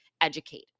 educate